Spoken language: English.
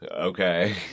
Okay